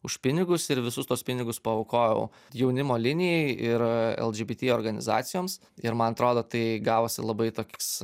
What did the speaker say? už pinigus ir visus tuos pinigus paaukojau jaunimo linijai ir lgbt organizacijoms ir man atrodo tai gavosi labai toks